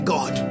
God